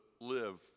live